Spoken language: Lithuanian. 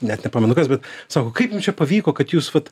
net nepamenu kas bet sako kaip jum čia pavyko kad jūs vat